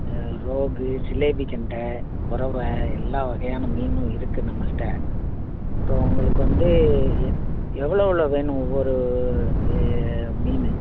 ரோகு சிலேபி கெண்ட குறவ எல்லா வகையான மீன்னும் இருக்குது நம்மள்கிட்ட இப்போ உங்களுக்கு வந்து எ எவ்வளோ எவ்வளோ வேணும் ஒவ்வொரு மீன்